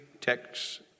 texts